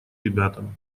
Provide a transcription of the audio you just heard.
ребятам